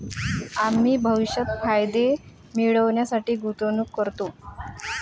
आम्ही भविष्यात फायदे मिळविण्यासाठी गुंतवणूक करतो